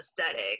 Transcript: aesthetic